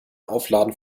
aufladen